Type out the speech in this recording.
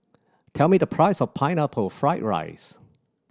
tell me the price of Pineapple Fried rice